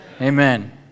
amen